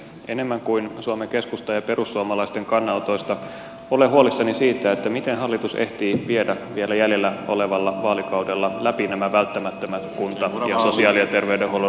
enemmän kuin suomen keskustan ja perussuomalaisten kannanotoista olen huolissani siitä miten hallitus ehtii viedä vielä jäljellä olevalla vaalikaudella läpi nämä välttämättömät kuntarakenteen ja sosiaali ja terveydenhuollon rakenteiden uudistukset